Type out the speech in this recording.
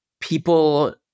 people